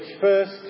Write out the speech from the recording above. First